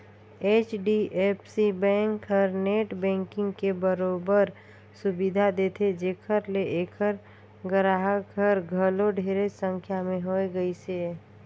HDFC bank हर net banking के बरोबर सुबिधा देथे जेखर ले ऐखर गराहक हर घलो ढेरेच संख्या में होए गइसे